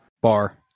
bar